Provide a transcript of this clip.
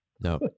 No